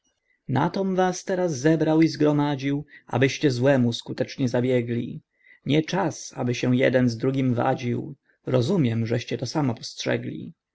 was teraz zebrał i zgromadził abyście złemu skutecznie zabiegli nie czas aby się jeden z drugim wadził rozumiem żeście to samo postrzegli